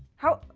how.